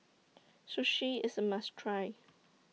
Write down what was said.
Sushi IS A must Try